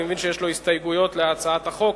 אני מבין שיש לו הסתייגויות להצעת החוק.